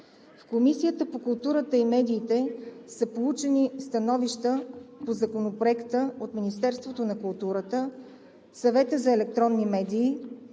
В Комисията по културата и медиите са получени становища по Законопроекта от Министерството на културата, Съвета за електронни медии,